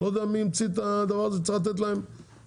לא יודע מי המציא את הדבר הזה שצריך לתת להם פנסיה.